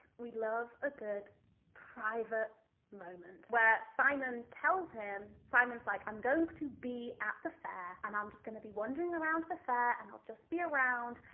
we'd love a good private moment where simon tells him, simon's like, i'm going to be at the fair and i'm just gonna be wandering around the fair and i'll just be around.